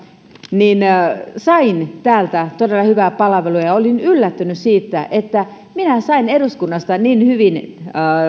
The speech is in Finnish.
sain täältä todella hyvää palvelua ja olin yllättynyt siitä että sain eduskunnasta niin hyvin